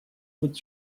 быть